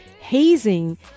hazing